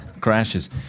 crashes